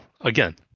again